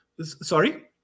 Sorry